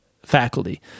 faculty